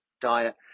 diet